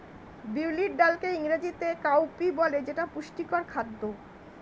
বিউলির ডালকে ইংরেজিতে কাউপি বলে যেটা পুষ্টিকর খাদ্য